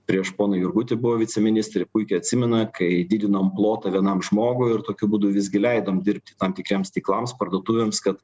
prieš poną jurgutį buvo viceministrė puikiai atsimena kai didinant plotą vienam žmogui ir tokiu būdu visgi leidom dirbti tam tikriems tinklams parduotuvėms kad